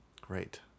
Great